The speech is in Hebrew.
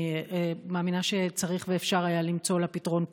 אני מאמינה שצריך ואפשר היה למצוא לה פתרון קודם.